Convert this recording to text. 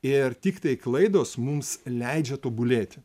ir tiktai klaidos mums leidžia tobulėti